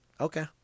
Okay